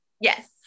Yes